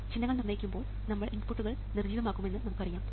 ചിഹ്നങ്ങൾ നിർണ്ണയിക്കുമ്പോൾ നമ്മൾ ഇൻപുട്ടുകൾ നിർജ്ജീവമാക്കുമെന്ന് നമുക്കറിയാം